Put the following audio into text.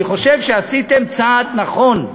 אני חושב שעשיתם צעד נכון,